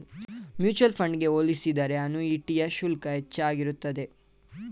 mutual fund ಗೆ ಹೋಲಿಸಿದರೆ ಅನುಯಿಟಿಯ ಶುಲ್ಕ ಹೆಚ್ಚಾಗಿರುತ್ತದೆ